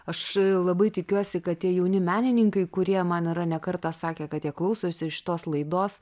aš labai tikiuosi kad tie jauni menininkai kurie man yra ne kartą sakę kad jie klausosi šitos laidos